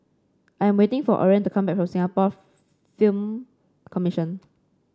I am waiting for Oren to come back from Singapore Film Commission